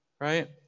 Right